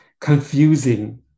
confusing